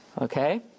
Okay